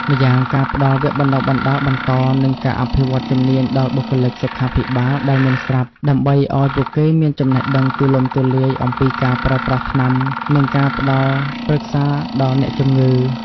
ម្យ៉ាងការផ្ដល់វគ្គបណ្ដុះបណ្ដាលបន្ត និងការអភិវឌ្ឍជំនាញដល់បុគ្គលិកសុខាភិបាលដែលមានស្រាប់ ដើម្បីឱ្យពួកគេមានចំណេះដឹងទូលំទូលាយអំពីការប្រើប្រាស់ថ្នាំ និងការផ្ដល់ប្រឹក្សាដល់អ្នកជំងឺ។